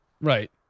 Right